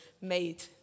made